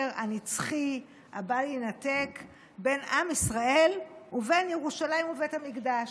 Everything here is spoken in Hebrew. הנצחי הבל-יינתק בין עם ישראל ובין ירושלים ובית המקדש.